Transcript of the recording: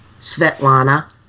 svetlana